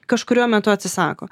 kažkuriuo metu atsisako